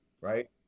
Right